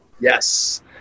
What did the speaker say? Yes